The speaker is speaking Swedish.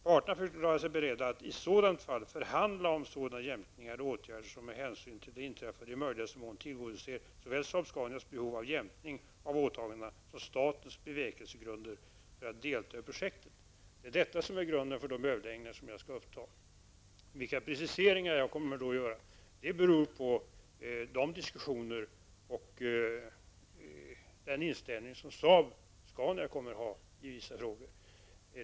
Parterna förklarade sig beredda att i sådant fall förhandla om sådana jämkningar eller åtgärder som med hänsyn till det inträffade i möjligaste mån tillgodoser såväl Saab Scanias behov av jämkning av åtagandena som statens bevekelsegrunder för att delta i projektet. Detta är grunden för de överläggningar som jag skall uppta. Vilka preciseringar jag kommer att göra beror på diskussionerna och den inställning som Saab-Scania kommer att ha i vissa frågor.